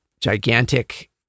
gigantic